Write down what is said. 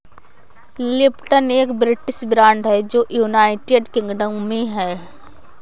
Lipton एक British brand है जो यूनाइटेड किंगडम में है